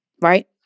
right